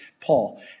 Paul